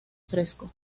fresco